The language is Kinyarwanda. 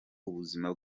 ubuzima